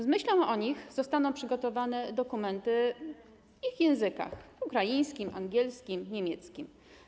Z myślą o nich zostaną przygotowane dokumenty w ich językach: ukraińskim, angielskim, niemieckim.